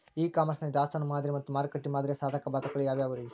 E commerce ನಲ್ಲಿ ದಾಸ್ತಾನು ಮಾದರಿ ಮತ್ತ ಮಾರುಕಟ್ಟೆ ಮಾದರಿಯ ಸಾಧಕ ಬಾಧಕಗಳ ಯಾವವುರೇ?